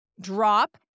drop